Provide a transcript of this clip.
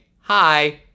hi